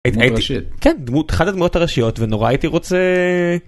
דמות אחד הדמות הראשיות ונורא הייתי רוצה.